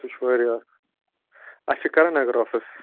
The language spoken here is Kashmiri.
سُہ چھُ واریاہ اَکھ اَسہِ چھِ کَرننگر آفِس